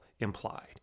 Implied